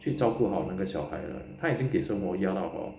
去照顾好那个小孩了他已经给生活压到 hor